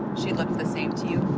she looked the same to you?